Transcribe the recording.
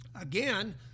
Again